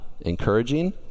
encouraging